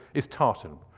is tartan.